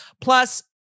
Plus